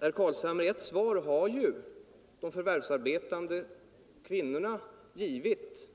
ju, herr Carlshamre, de förvärvsarbetande kvinnorna själva givit.